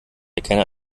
erkenne